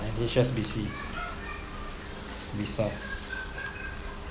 and H_S_B_C Visa